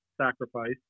sacrifice